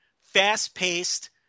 fast-paced